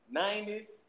90s